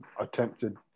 attempted